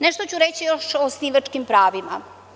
Nešto ću reći još o osnivačkim pravima.